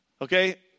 Okay